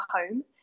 home